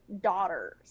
daughters